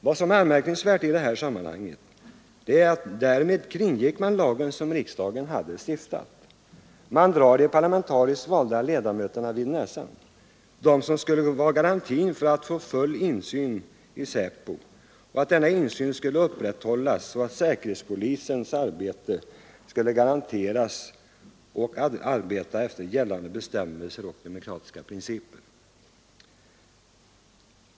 Vad som är anmärkningsvärt i detta sammanhang är att man därmed kringgår lagen som riksdagen har stiftat. Man drar de parlamentariskt valda ledamöterna vid näsan, de som skulle vara garantin för att full insyn i SÄPO skulle upprätthållas och att säkerhetspolisen skulle arbeta efter gällande bestämmelser och demokratiska principer.